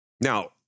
Now